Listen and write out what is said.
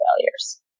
failures